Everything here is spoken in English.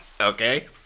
okay